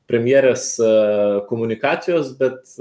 premjerės komunikacijos bet